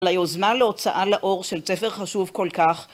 על היוזמה להוצאה לאור של תפר חשוב כל כך